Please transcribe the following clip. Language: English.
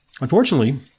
unfortunately